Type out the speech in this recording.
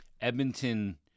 Edmonton